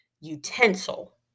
utensil